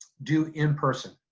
do in-person.